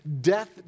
Death